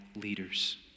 leaders